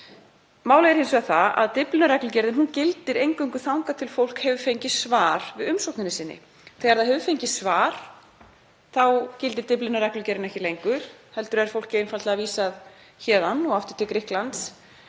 Málið er hins vegar að Dyflinnarreglugerðin gildir eingöngu þangað til fólk hefur fengið svar við umsókn sinni. Þegar það hefur fengið svar gildir Dyflinnarreglugerðin ekki lengur heldur er fólki einfaldlega vísað héðan og aftur til Grikklands